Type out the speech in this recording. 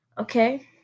Okay